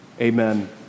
Amen